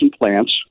plants